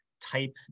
type